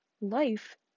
life